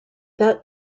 that